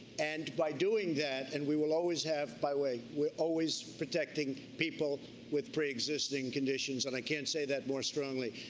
and by doing that, and we will always have, by the way, we're always protecting people with preexisting conditions, and i can't say that more strongly,